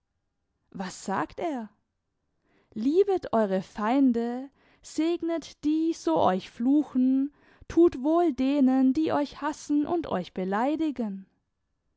was sagt er liebet eure feinde segnet die so euch fluchen thut wohl denen die euch hassen und euch beleidigen